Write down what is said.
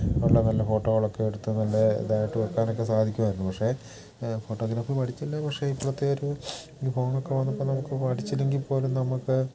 നല്ല നല്ല ഫോട്ടോകളൊക്കെ എടുത്ത് നല്ല ഇതായിട്ട് വെക്കാനൊക്കെ സാധിക്കുമായിരുന്നു പക്ഷെ ഫോട്ടോഗ്രാഫി പഠിച്ചില്ല പക്ഷെ ഇപ്പത്തെ ഒരു ഈ ഫോണൊക്കെ വന്നപ്പോൾ നമുക്ക് പഠിച്ചില്ലെങ്കിൽപ്പോലും നമുക്ക്